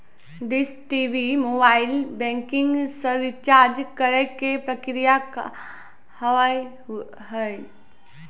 Dish TV mobile banking से recharge करे के प्रक्रिया का हाव हई?